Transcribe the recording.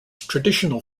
traditional